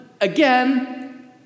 again